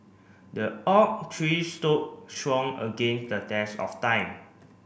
the oak tree stood strong against the test of time